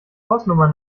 hausnummer